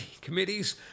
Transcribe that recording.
committees